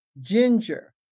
ginger